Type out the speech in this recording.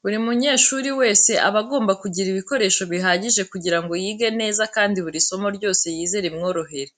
Buri munyehuri wese aba agomba kugira ibikoresho bihagije kugira ngo yige neza kandi buri somo ryose yize rimworohere.